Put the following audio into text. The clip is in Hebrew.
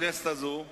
לפגוע ולנסות לזנב